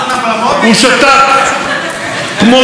הוא שתק כמו דג.